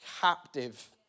captive